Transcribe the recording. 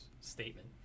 statement